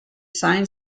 sign